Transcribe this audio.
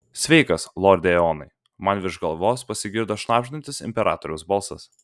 sveikas lorde eonai man virš galvos pasigirdo šnabždantis imperatoriaus balsas